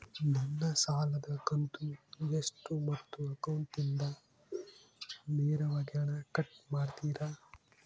ನನ್ನ ಸಾಲದ ಕಂತು ಎಷ್ಟು ಮತ್ತು ಅಕೌಂಟಿಂದ ನೇರವಾಗಿ ಹಣ ಕಟ್ ಮಾಡ್ತಿರಾ?